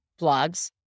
blogs